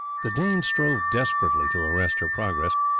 the danes strove desperately to arrest her progress.